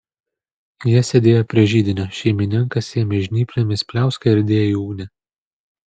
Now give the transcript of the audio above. jie sėdėjo prie židinio šeimininkas ėmė žnyplėmis pliauską ir dėjo į ugnį